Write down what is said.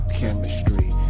chemistry